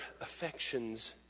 affections